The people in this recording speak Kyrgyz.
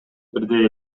бирдей